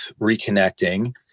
reconnecting